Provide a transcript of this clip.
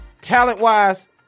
talent-wise